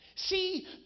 See